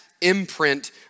imprint